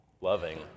loving